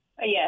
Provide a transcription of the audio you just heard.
yes